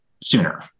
sooner